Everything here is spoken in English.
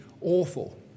awful